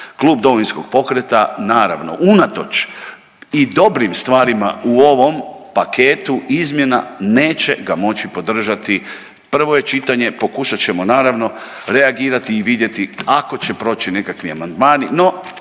Klub Domovinskog pokreta naravno unatoč i dobrim stvarima u ovom paketu izmjena neće ga moći podržati, prvo je čitanje, pokušat ćemo naravno reagirati i vidjeti ako će proći nekakvi amandmani, no